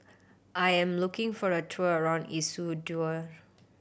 I am looking for a tour around Ecuador